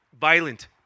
violent